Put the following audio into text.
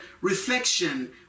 reflection